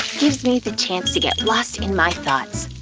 gives me the chance to get lost in my thoughts.